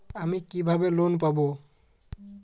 আমি কিভাবে লোন পাব?